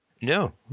No